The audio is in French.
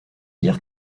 dire